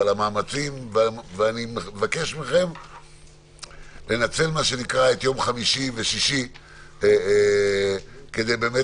על המאמצים ואני מבקש מכם לנצל מה שנקרא את יום חמישי ושישי כדי באמת